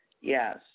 yes